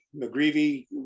McGreevy